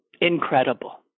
Incredible